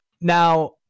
now